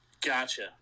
Gotcha